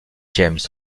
james